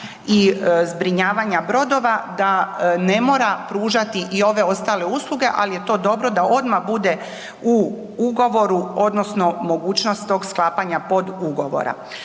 i zbrinjavanja brodova da ne mora pružati i ove ostale usluge, ali je to dobro da odmah bude u ugovoru odnosno mogućnost tog sklapanja podugovora.